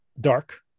Dark